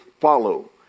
follow